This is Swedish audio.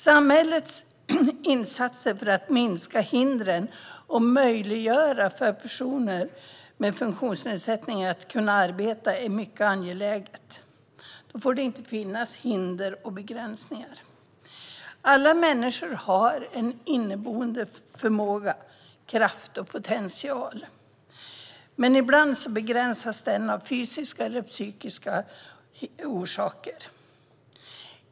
Samhällets insatser för att minska hindren och möjliggöra för personer med funktionsnedsättning att arbeta är mycket angelägna. Då får det inte finnas hinder och begränsningar. Alla människor har en inneboende förmåga, kraft och potential. Men ibland begränsas den av fysiska eller psykiska orsaker.